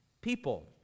people